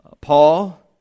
Paul